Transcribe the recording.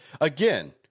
again